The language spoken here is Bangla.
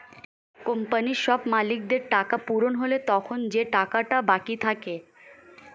কোম্পানির সব মালিকদের টাকা পূরণ হলে তখন যে টাকাটা বাকি থাকে